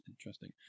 interesting